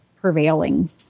prevailing